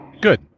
Good